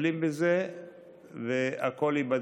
מטפלים בזה והכול ייבדק.